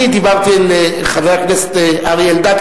אני דיברתי אל חבר הכנסת אריה אלדד,